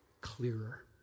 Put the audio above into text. clearer